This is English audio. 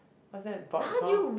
what's that board called